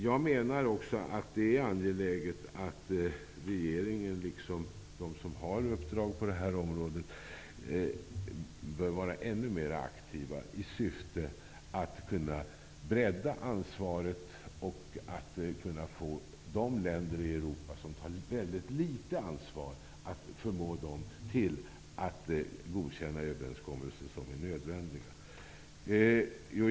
Jag menar också att det är angeläget att regeringen, liksom de som har uppdrag på detta område, är ännu mera aktiva i syfte att bredda ansvaret och att förmå de länder i Europa som tar ett väldigt litet ansvar att godkänna överenskommelser som är nödvändiga.